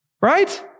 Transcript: Right